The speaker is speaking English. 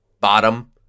bottom